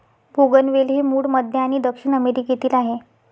बोगनवेल हे मूळ मध्य आणि दक्षिण अमेरिकेतील आहे